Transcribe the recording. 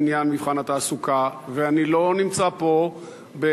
אני מבין את עניין מבחן התעסוקה ואני לא נמצא פה לעשות